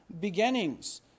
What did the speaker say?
beginnings